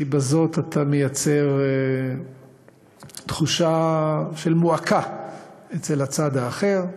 כי בזאת אתה מייצר תחושה של מועקה אצל הצד האחר.